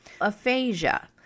Aphasia